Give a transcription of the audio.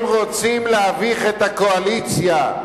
הם רוצים להביך את הקואליציה.